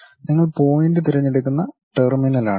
നിങ്ങൾ പോയിന്റ് തിരഞ്ഞെടുക്കുന്ന ടെർമിനലാണിത്